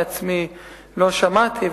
אני עצמי לא שמעתי,